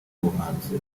ubuhanzi